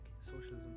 socialism